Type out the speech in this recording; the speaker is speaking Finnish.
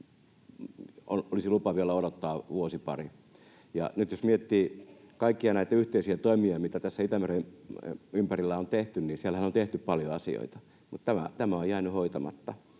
olisi lupa vielä odottaa vuosi, pari. Ja nyt jos miettii kaikkia näitä yhteisiä toimia, mitä tässä Itämeren ympärillä on tehty, niin siellähän on tehty paljon asioita, mutta tämä on jäänyt hoitamatta.